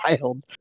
wild